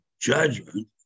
judgment